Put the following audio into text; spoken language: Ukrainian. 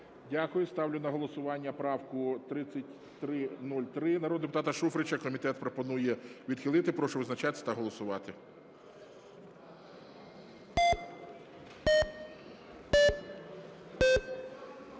Дякую. Ставлю на голосування правку 3303 народного депутата Шуфрича. Комітет пропонує відхилити. Прошу визначатись та голосувати.